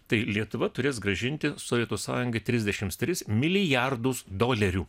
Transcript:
tai lietuva turės grąžinti sovietų sąjungai trisdešimt tris milijardus dolerių